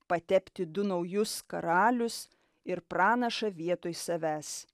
patepti du naujus karalius ir pranašą vietoj savęs